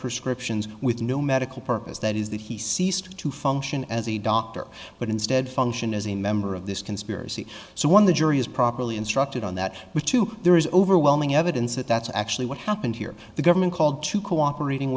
prescriptions with no medical purpose that is that he ceased to function as a doctor but instead function as a member of this conspiracy so when the jury is properly instructed on that which to there is overwhelming evidence that that's actually what happened here the government called to cooperating